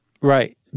Right